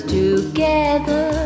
together